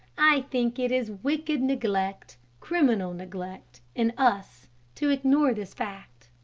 i think it is wicked neglect, criminal neglect in us to ignore this fact.